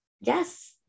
Yes